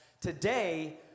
Today